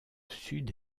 sud